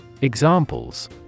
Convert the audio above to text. Examples